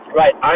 right